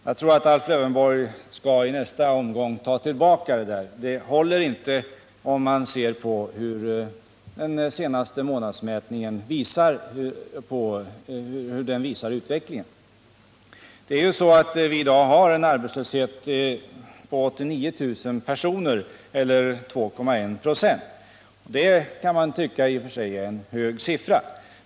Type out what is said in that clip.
Jag tror att Alf Lövenborg får ta tillbaka det i nästa omgång. Hans påståenden håller inte om man ser på vad den senaste månadsmätningen visar när det gäller utvecklingen. I dag har vi en arbetslöshet på 89 000 personer, eller 2,1 ?6. Det kan man i och för sig anse vara en hög siffra.